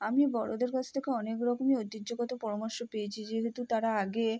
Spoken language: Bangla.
আমি বড়দের কাছ থেকে অনেক রকমই ঐতিহ্যগত পরামর্শ পেয়েছি যেহেতু তারা আগে